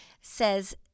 says